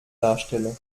darstelle